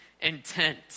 intent